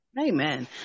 Amen